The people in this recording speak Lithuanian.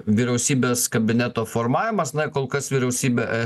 vyriausybės kabineto formavimas na kol kas vyriausybė